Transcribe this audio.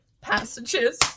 passages